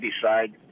decide